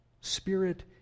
Spirit